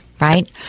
right